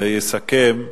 ויסכם,